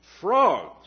frogs